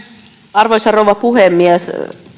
arvoisa rouva puhemies